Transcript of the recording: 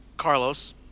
Carlos